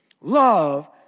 Love